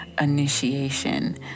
initiation